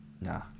nah